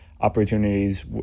opportunities